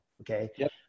okay